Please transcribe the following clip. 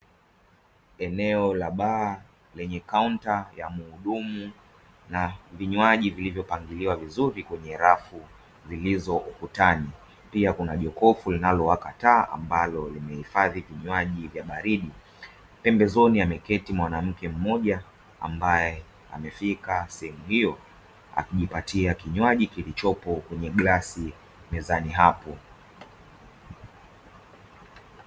Eneo la baa lenye kaunta ya muhudumu na vinywaji vilivyopangiliwa vizuri kwenye rafu zilizo ukutani. Pia kuna jokofu linalowaka taa ambalo limehifadhi vinywaji vya baridi. Pembezoni kuna mwanamke mmoja mabae amefika sehemu hio, akijipatia kinywaji kilichopo kwenye glasi mezani apo.